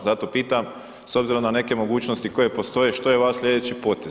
Zato pitam, s obzirom na neke mogućnosti koje postoje, što je vaš sljedeći potez.